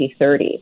2030